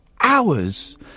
hours